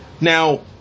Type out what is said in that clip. Now